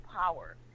power